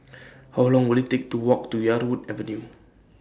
How Long Will IT Take to Walk to Yarwood Avenue